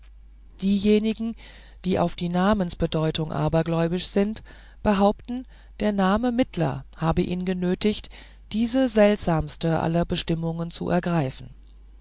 diejenigen die auf die namensbedeutungen abergläubisch sind behaupten der name mittler habe ihn genötigt diese seltsamste aller bestimmungen zu ergreifen